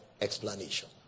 explanation